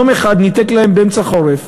יום אחד הוא ניתק להם, באמצע החורף,